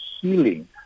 healing